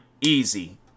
easy